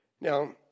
Now